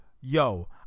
yo